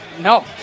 no